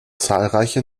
zahlreiche